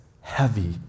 heavy